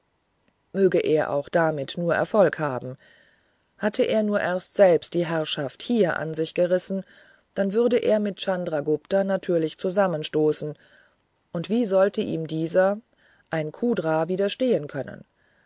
möge er auch damit nur erfolg haben hatte er nur erst selber die herrschaft hier an sich gerissen dann würde er mit chandragupta natürlich zusammenstoßen und wie sollte ihm dieser ein cudra widerstehen können